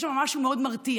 יש שם משהו מאוד מרתיע.